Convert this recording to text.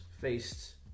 faced